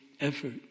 effort